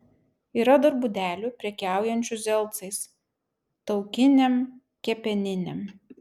yra dar būdelių prekiaujančių zelcais taukinėm kepeninėm